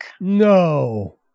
No